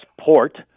port